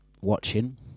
watching